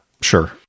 sure